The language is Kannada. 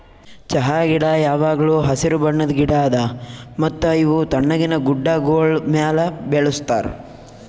ಚಹಾ ಗಿಡ ಯಾವಾಗ್ಲೂ ಹಸಿರು ಬಣ್ಣದ್ ಗಿಡ ಅದಾ ಮತ್ತ ಇವು ತಣ್ಣಗಿನ ಗುಡ್ಡಾಗೋಳ್ ಮ್ಯಾಲ ಬೆಳುಸ್ತಾರ್